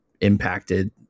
impacted